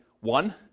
one